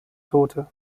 tote